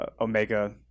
omega